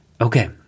Okay